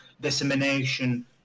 dissemination